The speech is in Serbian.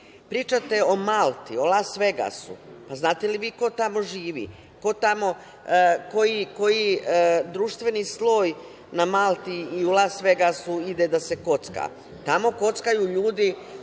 Pričate o Malti, Las Vegasu, pa znate li vi ko tamo živi, koji društveni sloj na Malti i u Las Vegasu ide da se kocka? Tamo se kockaju ljudi